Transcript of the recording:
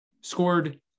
scored